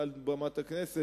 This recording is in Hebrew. מעל במת הכנסת,